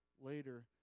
later